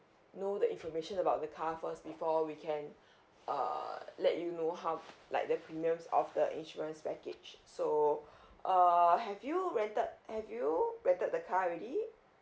know information about the car first before we can err let you know how like the premiums of the insurance package so err have you rented have you rented the car already